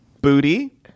Booty